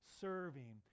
serving